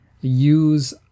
use